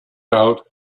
out